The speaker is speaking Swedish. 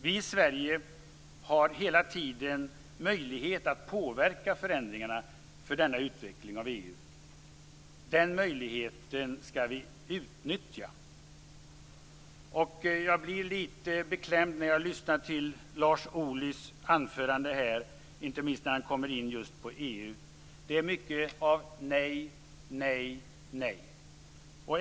Vi i Sverige har hela tiden möjlighet att påverka förändringarna när det gäller denna utveckling av EU. Den möjligheten skall vi utnyttja! Jag blev lite beklämd när jag lyssnade till Lars Ohlys anförande här, inte minst när han kom in just på EU. Det var mycket av nej, nej, nej.